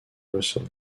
russell